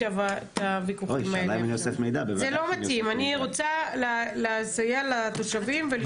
אני רוצה לסייע לתושבים.